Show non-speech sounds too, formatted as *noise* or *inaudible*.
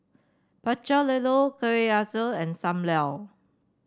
Pecel Lele kueh *unintelligible* and Sam Lau